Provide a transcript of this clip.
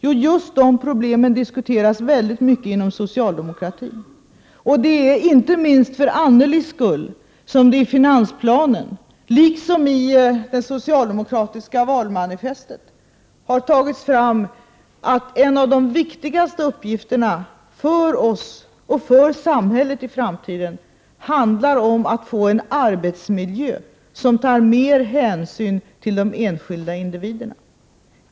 Jo, just de problemen diskuteras väldigt mycket inom socialdemokratin, och det är inte minst för Annelis skull som det i finansplanen, liksom i det socialdemokratiska valmanifestet, har angivits att en av de viktigaste uppgifterna för oss och för samhället i framtiden handlar om att få en arbetsmiljö som tar mer hänsyn till de enskilda individerna.